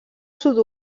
sud